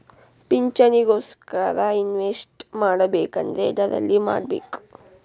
ಪಿಂಚಣಿ ಗೋಸ್ಕರ ಇನ್ವೆಸ್ಟ್ ಮಾಡಬೇಕಂದ್ರ ಎದರಲ್ಲಿ ಮಾಡ್ಬೇಕ್ರಿ?